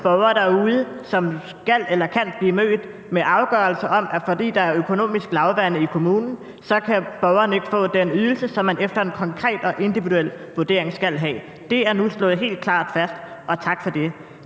nogen borgere derude, som skal eller kan blive mødt med afgørelser om, at fordi der er økonomisk lavvande i kommunen, kan borgeren ikke få den ydelse, som man efter en konkret og individuel vurdering skal have. Det er nu slået helt klart fast, og tak for det.